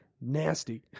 nasty